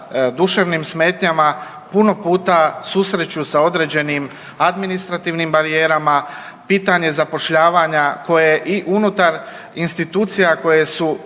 duševnim smetnjama puno puta susreću sa određenim administrativnim barijerama, pitanje zapošljavanja koje i unutar institucija koje su